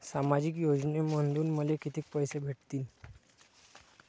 सामाजिक योजनेमंधून मले कितीक पैसे भेटतीनं?